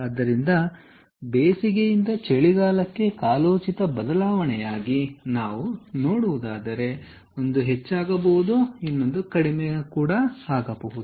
ಆದ್ದರಿಂದ ಬೇಸಿಗೆಯಿಂದ ಚಳಿಗಾಲಕ್ಕೆ ಕಾಲೋಚಿತ ಬದಲಾವಣೆಯನ್ನು ಅವಲಂಬಿಸಿ ಬಳಕೆಯು ಹೆಚ್ಚಾಗಬಹುದು ಅಥವಾ ಕಡಿಮೆಯು ಇರಬಹುದು